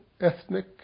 ethnic